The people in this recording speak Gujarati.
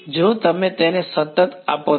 જો તમે તેને સતત આપો તો